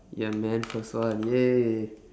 ya man first one !yay!